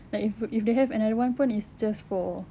like if if they have another one it's just for